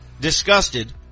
disgusted